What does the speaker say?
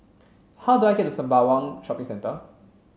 how do I get to Sembawang Shopping Centre